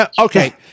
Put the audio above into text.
okay